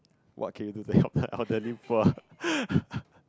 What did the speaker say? what can do you do to help the elderly poor